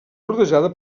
rodejada